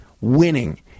Winning